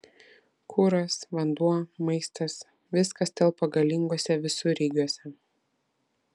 kuras vanduo maistas viskas telpa galinguose visureigiuose